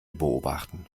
beobachten